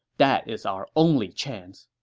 that is our only chance.